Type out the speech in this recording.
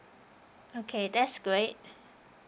okay that's great